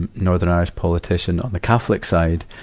um, norther irish politician on the catholic side,